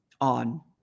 on